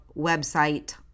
website